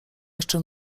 jeszcze